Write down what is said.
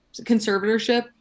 conservatorship